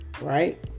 Right